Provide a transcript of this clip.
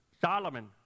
Solomon